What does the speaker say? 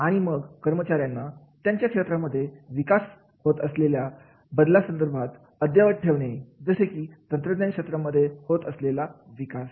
आणि मग कर्मचाऱ्यांना त्यांच्या क्षेत्रामध्ये होत असलेल्या बदलासंदर्भात अद्यावत ठेवणे जसे की तंत्रज्ञान क्षेत्रामध्ये होत असलेला विकास